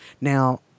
Now